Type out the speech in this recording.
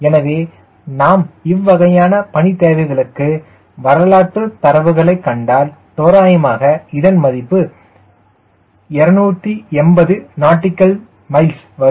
எனவே நாம் இவ்வகையான பணி தேவைகளுக்கு வரலாற்று தரவுகளை கண்டால் தோராயமாக இதன் மதிப்பு 280 nautical miles வரும்